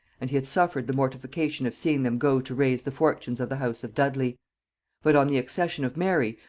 and he had suffered the mortification of seeing them go to raise the fortunes of the house of dudley but on the accession of mary,